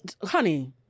honey